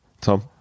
Tom